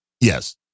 Yes